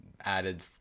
added